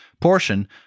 portion